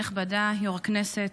כנסת נכבדה, יושב-ראש הכנסת,